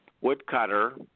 woodcutter